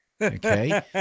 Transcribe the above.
Okay